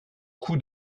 coups